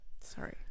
Sorry